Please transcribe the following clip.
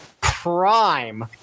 Prime